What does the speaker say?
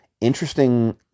interesting